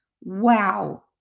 Wow